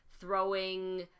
throwing